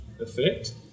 effect